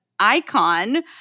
icon